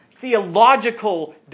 theological